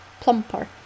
plumper